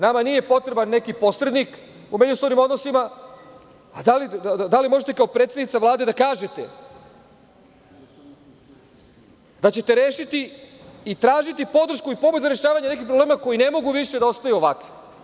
Nama nije potreban neki posrednik u međusobnim odnosima, a da li možete kao predsednica Vlade da kažete da ćete rešiti i tražiti podršku i pomoć za rešavanje nekih problema koji ne mogu više da ostaju ovakvi.